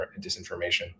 disinformation